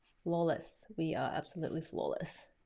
flawless. we are absolutely flawless.